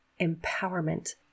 empowerment